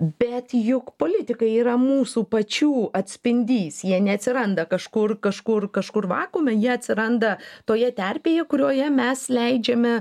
bet juk politikai yra mūsų pačių atspindys jie neatsiranda kažkur kažkur kažkur vakuume jie atsiranda toje terpėje kurioje mes leidžiame